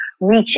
reach